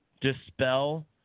dispel